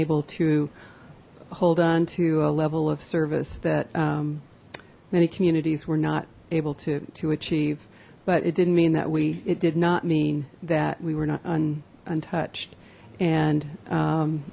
able to hold on to a level of service that many communities were not able to to achieve but it didn't mean that we it did not mean that we were not untouched and